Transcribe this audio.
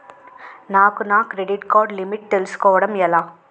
నాకు నా credit card limit తెలుసుకోవడం ఎలా?